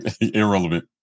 Irrelevant